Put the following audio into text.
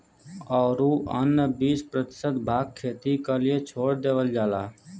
औरू अन्य बीस प्रतिशत भाग खेती क लिए छोड़ देवल जाला